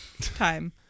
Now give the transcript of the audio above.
time